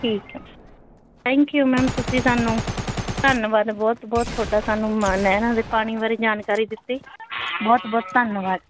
ਠੀਕ ਹੈ thank you ma'am ਤੁਸੀਂ ਸਾਨੂੰ ਧੰਨਵਾਦ ਬਹੁਤ ਬਹੁਤ ਤੁਹਾਡਾ ਸਾਨੂੰ ਮਾ ਨਹਿਰਾਂ ਦੇ ਪਾਣੀ ਬਾਰੇ ਜਾਣਕਾਰੀ ਦਿੱਤੀ ਬਹੁਤ ਬਹੁਤ ਧੰਨਵਾਦ